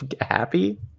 happy